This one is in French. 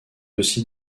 aussi